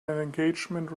engagement